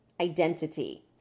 identity